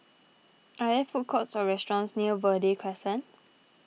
are there food courts or restaurants near Verde Crescent